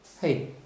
Hey